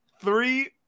three